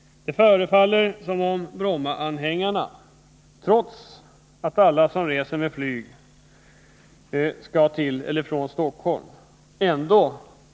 Det förefaller som om Brommaanhängarna tror att alla som reser med flyg skall till eller från Stockholm.